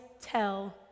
tell